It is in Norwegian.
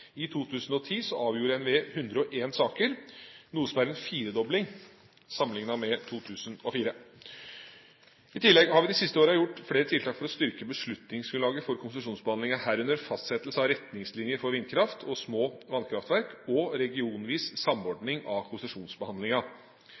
I 2010 avgjorde NVE 101 saker, noe som er en firedobling sammenliknet med 2004. I tillegg har vi de siste årene gjort flere tiltak for å styrke beslutningsgrunnlaget for konsesjonsbehandlingen, herunder fastsettelse av retningslinjer for vindkraft og små vannkraftverk og regionvis